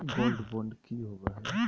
Gold bond की होबो है?